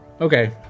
Okay